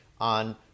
on